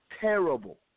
terrible